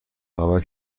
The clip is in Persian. ابد